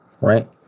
right